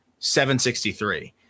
763